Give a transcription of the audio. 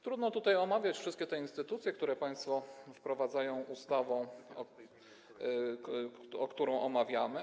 Trudno tutaj omawiać wszystkie te instytucje, które państwo wprowadzają ustawą, którą omawiamy.